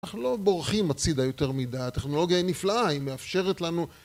אנחנו לא בורחים הצידה יותר מדי, הטכנולוגיה היא נפלאה, היא מאפשרת לנו...